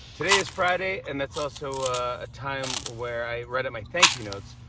today is friday and that's also a time where i write out my thank-you notes.